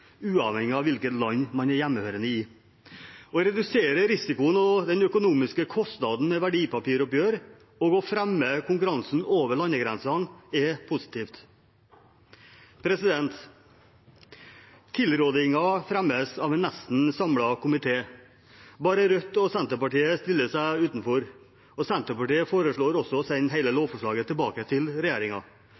uavhengig av hvilket land man er hjemmehørende i. Å redusere risikoen og den økonomiske kostnaden ved verdipapiroppgjør og å fremme konkurransen over landegrensene er positivt. Tilrådingen fremmes av en nesten samlet komité. Bare Rødt og Senterpartiet stiller seg utenfor. Senterpartiet foreslår å sende hele lovforslaget tilbake til